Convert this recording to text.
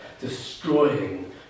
destroying